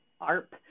Arp